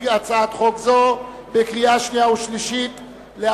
הצעת חוק זו לקריאה שנייה ולקריאה שלישית.